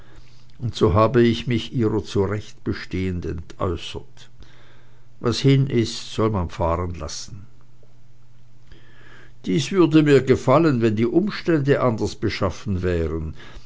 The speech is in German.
und so habe ich mich ihrer zu recht bestehend entäußert was hin ist soll man fahrenlassen dies würde mir gefallen wenn die umstände anders beschaffen wären